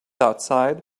outside